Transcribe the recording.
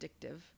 addictive